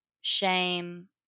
shame